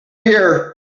here